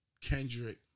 Kendrick